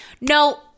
no